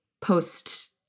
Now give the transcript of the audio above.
post